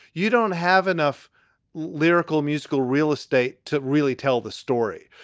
you don't have enough lyrical musical real estate to really tell the story.